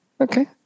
Okay